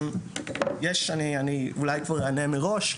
אני אולי כבר אענה מראש,